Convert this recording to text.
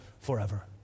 forever